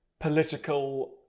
political